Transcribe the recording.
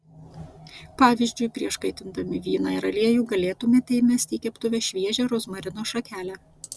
pavyzdžiui prieš kaitindami vyną ir aliejų galėtumėte įmesti į keptuvę šviežią rozmarino šakelę